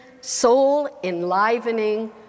soul-enlivening